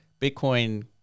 Bitcoin